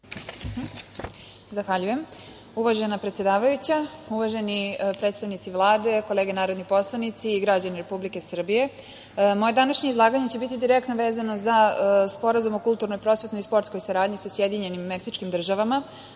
Zahvaljujem. Uvažena predsedavajuća, uvaženi predstavnici Vlade, kolege narodni poslanici, građani Republike Srbije, moje današnje izlaganje će biti direktno vezano za Sporazum o kulturnoj, prosvetnoj i sportskoj saradnji sa Sjedinjenim Meksičkim Državama,